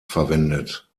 verwendet